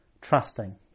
trusting